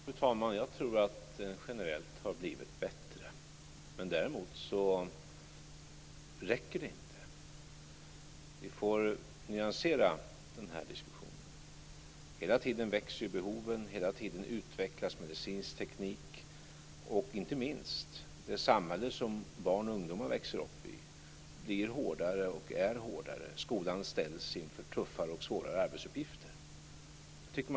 Fru talman! Jag tror att det generellt har blivit bättre. Men det räcker inte. Vi måste nyansera diskussionen. Hela tiden växer behoven. Hela tiden utvecklas medicinsk teknik. Inte minst är det samhälle som barn och ungdomar växer upp i hårdare, och det blir hårdare. Skolan ställs inför tuffare och svårare arbetsuppgifter.